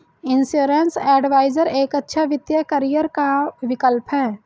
insurance adviser एक अच्छा वित्तीय करियर का विकल्प है